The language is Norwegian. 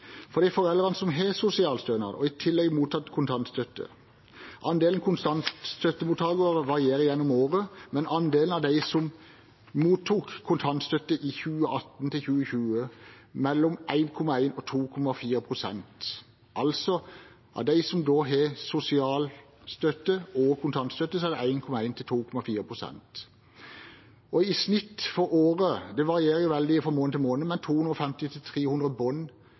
for en levestandard som er tilstrekkelig for barnets utvikling. Det er også interessant å se på hvor mange barn dette gjelder, dvs. hvor mange foreldre som får sosialstønad og i tillegg mottar kontantstøtte. Andelen kontantstøttemottakere varierer gjennom året, men andelen av de som mottok både sosialstøtte og kontantstøtte i 2018–2020, er 1,1–2,4 pst. I snitt for året – det varierer veldig fra måned til måned